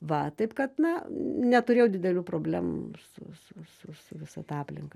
va taip kad na neturėjau didelių problemų su su su su visa ta aplinka